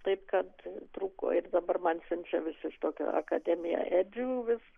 taip kad trūko ir dabar man siunčia iš tokio akademija ediu vis